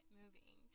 moving